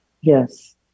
Yes